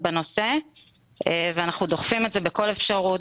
בנושא ואנחנו דוחפים את זה בכל אפשרות,